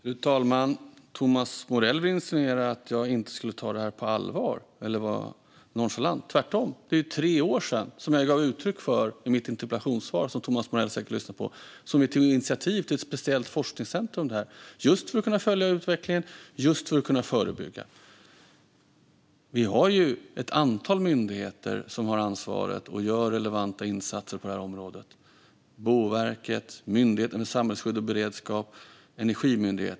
Fru talman! Thomas Morell insinuerar att jag inte skulle ta det här på allvar eller att jag skulle vara nonchalant. Tvärtom - som jag gav uttryck för i mitt interpellationssvar, som Thomas Morell säkert lyssnade på, är det ju tre år sedan vi tog initiativ till ett speciellt forskningscentrum för detta. Det gjorde vi just för att kunna följa utvecklingen och för att kunna förebygga. Vi har ett antal myndigheter som har ansvar och som gör relevanta insatser på det här området: Boverket, Myndigheten för samhällsskydd och beredskap och Energimyndigheten.